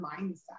mindset